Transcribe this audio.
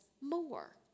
more